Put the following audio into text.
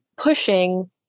pushing